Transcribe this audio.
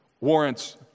warrants